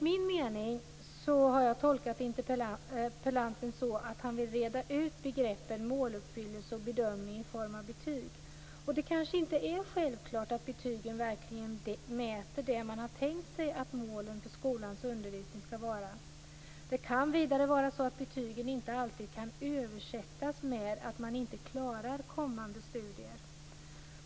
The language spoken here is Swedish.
Jag har tolkat interpellanten att han vill reda ut begreppen måluppfyllelse och bedömning i form av betyg. Det är kanske inte självklart att betygen verkligen mäter det som är tänkt att målen för skolans undervisning skall vara. Betygen kan inte alltid översättas med att det inte går att klara kommande studier.